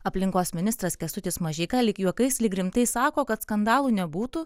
aplinkos ministras kęstutis mažeika lyg juokais lyg rimtai sako kad skandalų nebūtų